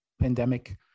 pandemic